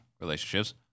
relationships